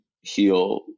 heal